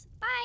Bye